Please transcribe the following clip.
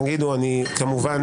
כמובן,